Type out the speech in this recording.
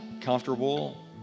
comfortable